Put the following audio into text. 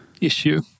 issue